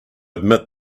admit